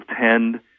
tend